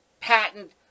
patent